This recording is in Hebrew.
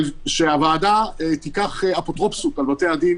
אבל שהוועדה תיקח אפוטרופוסות על בתי הדין